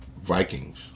Vikings